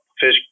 fish